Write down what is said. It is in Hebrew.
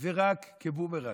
ורק כבומרנג.